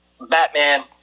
Batman